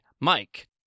Mike